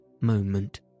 moment